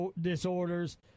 disorders